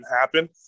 happen